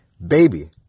Baby